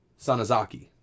Sanazaki